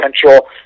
potential